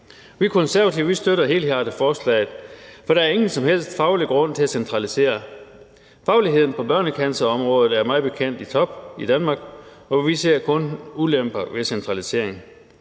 Vi Konservative støtter helhjertet forslaget, for der er ingen som helst faglig grund til at centralisere. Fagligheden på børnecancerområdet er mig bekendt i top i Danmark, og vi ser kun ulemper ved centralisering.